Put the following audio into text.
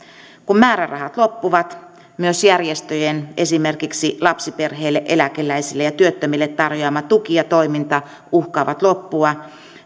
määrärahat loppuvat myös järjestöjen esimerkiksi lapsiperheille eläkeläisille ja työttömille tarjoama tuki ja toiminta uhkaavat loppua